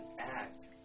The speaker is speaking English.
act